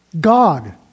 God